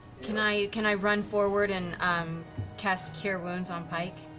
can i can i run forward and cast cure wounds on pike?